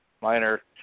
minor